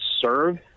serve